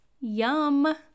Yum